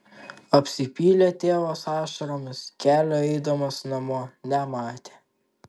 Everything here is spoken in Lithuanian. apsipylė tėvas ašaromis kelio eidamas namo nematė